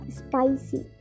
spicy